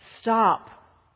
stop